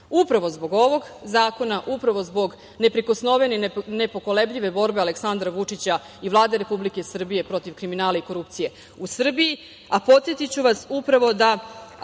upravo zbog ovog zakona, upravo zbog neprikosnovene i nepokolebljive borbe Aleksandra Vučića i Vlade Republike Srbije protiv kriminala i korupcije u Srbiji. Podsetiću vas da ako